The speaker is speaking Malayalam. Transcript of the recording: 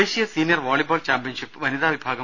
ദേശീയ സീനിയർ വോളിബോൾ ചാമ്പ്യൻഷിപ്പ് വനിതാ വിഭാഗം